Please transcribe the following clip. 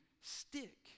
stick